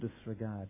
disregard